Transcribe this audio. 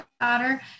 daughter